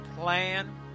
plan